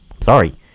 sorry